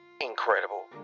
incredible